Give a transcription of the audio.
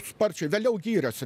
sparčiai vėliau gyrėsi